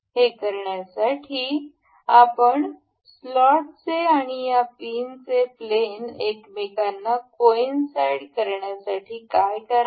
हे करण्यासाठी आपण स्लॉटचे आणि या पिनचे प्लेन एकमेकांना कोइनसाईड करण्यासाठी काय करावे